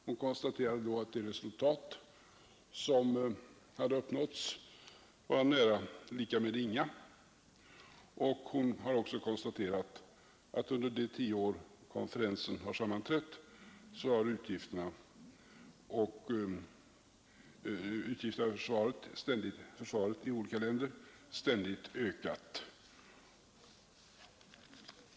Hon konstaterade då att de resultat som hade uppnåtts var nästan lika med inga samt att under de tio år som konferensen sammanträtt har utgifterna för försvaret i olika länder ständigt ökat.